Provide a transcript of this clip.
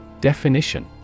Definition